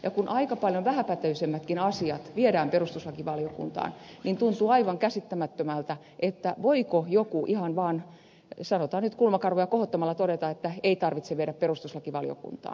ja kun aika paljon vähäpätöisemmätkin asiat viedään perustuslakivaliokuntaan niin tuntuu aivan käsittämättömältä että joku voisi ihan vaan sanotaan nyt kulmakarvoja kohottamalla todeta että ei tarvitse viedä perustuslakivaliokuntaan